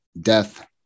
Death